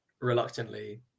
Reluctantly